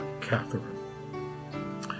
Catherine